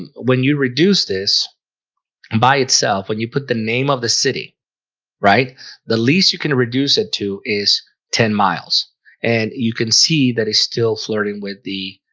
and when you reduce this and by itself when you put the name of the city right the least you can reduce it to is ten miles and you can see that it's still flirting with the